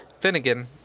Finnegan